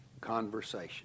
conversation